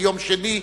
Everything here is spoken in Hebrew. ביום שני,